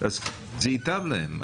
כך ייטב להם.